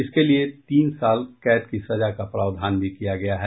इसके लिए तीन साल कैद की सजा का प्रावधान भी किया गया है